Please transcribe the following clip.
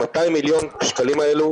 200 מיליון השקלים האלו,